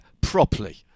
properly